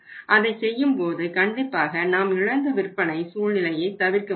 அதைச் செய்யும்போது கண்டிப்பாக நாம் இழந்த விற்பனை சூழ்நிலையை தவிர்க்க முடியும்